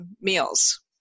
meals